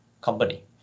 company